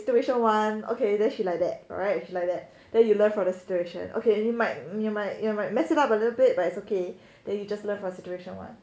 situation one okay then she like that right with like that then you learn from the situation okay you might you might you might mess it up a little bit but it's okay then you just learn from situation one